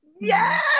Yes